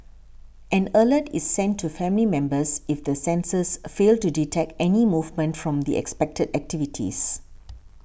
an alert is sent to family members if the sensors fail to detect any movement from the expected activities